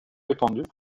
répandue